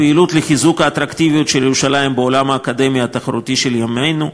פעילות לחיזוק האטרקטיביות של ירושלים בעולם האקדמיה התחרותי של ימינו,